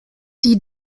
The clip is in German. die